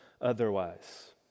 otherwise